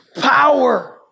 power